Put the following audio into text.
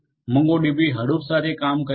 MongoDB Hadoop સાથે કામ કરે છે